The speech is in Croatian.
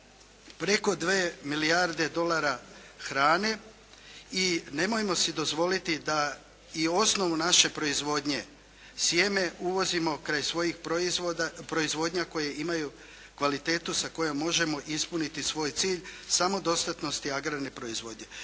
preko 2 milijarde dolara hrane i nemojmo si dozvoliti da i osnovu naše proizvodnje, sjeme uvozimo kraj svojih proizvodnja koje imaju kvalitetu sa kojom možemo ispuniti svoj cilj samo dostatnosti agrarne proizvodnje.